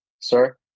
sir